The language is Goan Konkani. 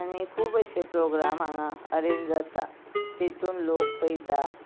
आनी खूब अशें प्रोग्राम हांगा अरेंज जाता तेतून लोक पयता